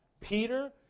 Peter